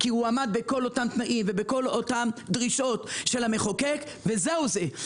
כי הוא עמד בכל אותם תנאים ודרישות של המחוקק וזהו זה.